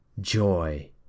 joy